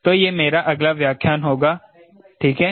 तो यह मेरा अगला व्याख्यान होगा ठीक है